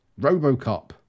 RoboCop